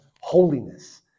holiness